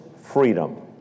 freedom